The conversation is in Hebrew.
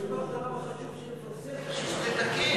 בשביל שתתקן.